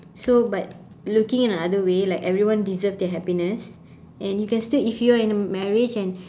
so but looking in another way like everyone deserves their happiness and you can still if you're in a marriage and